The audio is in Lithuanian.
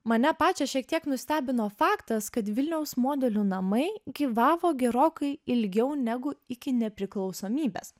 mane pačią šiek tiek nustebino faktas kad vilniaus modelių namai gyvavo gerokai ilgiau negu iki nepriklausomybės